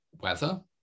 weather